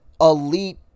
elite